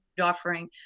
Offering